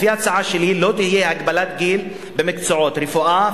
לפי ההצעה שלי לא תהיה הגבלת גיל במקצועות רפואה,